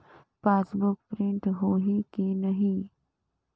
Passbook print होही कि नहीं?